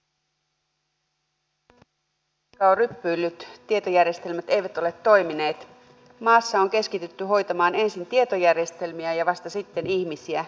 tietotekniikka on ryppyillyt tietojärjestelmät eivät ole toimineet maassa on keskitytty hoitamaan ensin tietojärjestelmiä ja vasta sitten ihmisiä maaseudun yrittäjiä